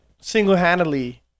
single-handedly